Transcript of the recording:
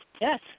Yes